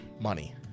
money